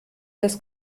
das